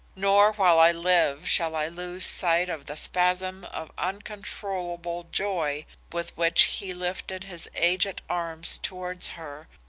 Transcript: nor while i live shall i lose sight of the spasm of uncontrollable joy with which he lifted his aged arms towards her,